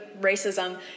racism